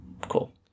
Cool